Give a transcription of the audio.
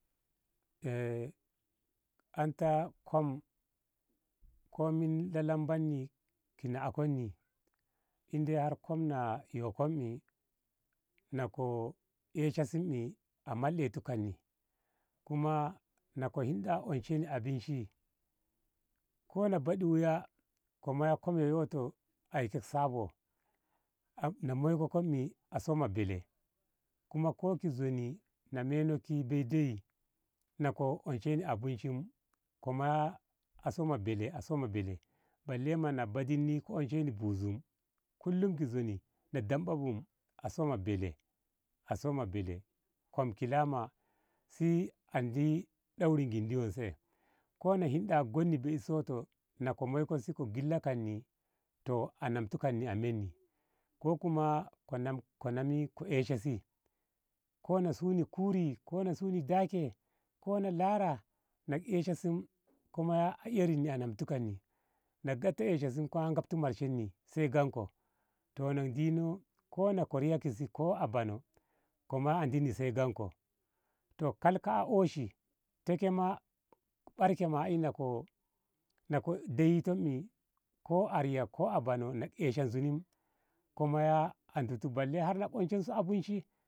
Eh an ta kom ko min lalambanni ki nakonni indai har kom na kom ni nako esha si e amalɗeti kanni kuma na ko hinda onshenni abunshi kona badi wuya ko moya kom yo ƴoto a ishe sabo na moiko kom ni a soma bele kuma ko ki zoni na meno ki bei de. i nako anshenni abunshim ko moya a soma bele a soma bele balle na badinni ko onshenni busum kullum ki zoni na damɓabu a soma bele a soma bele kom kilama si andi daurin gindi wonse ko na hinda gonni beik soto na ko moiko si ko gilla kanni toh a namti kanni a menni ko kuma ko nami ko esha si ko na sunni kuri kona sunni dake kona lara na ko esha si ko moya a erinni anamtik kanni na ko gatta esha si a ngabti marshen ni kaba gemko toh na dinni ko ni korya ki si ko a banoh ko moya dunni gyemanko toh kal ka oshi take barke ma. i nako de. i ko a riya ko ki banoh na ko esha zuni ko moya a duti balle na ko onshenni abunshim.